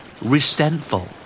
Resentful